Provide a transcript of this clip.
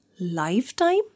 Lifetime